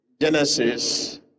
Genesis